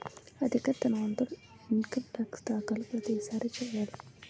అధిక ధనవంతులు income tax దాఖలు ప్రతిసారి చేయాలి